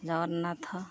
Jagannath